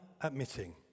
admitting